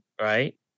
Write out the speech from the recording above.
Right